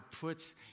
puts